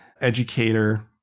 educator